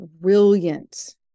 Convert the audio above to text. brilliant